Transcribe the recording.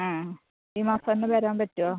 ആ ഈ മാസം തന്നെ വരാൻ പറ്റുമോ